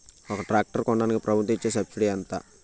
ఒక ట్రాక్టర్ కొనడానికి ప్రభుత్వం ఇచే సబ్సిడీ ఎంత?